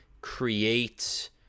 create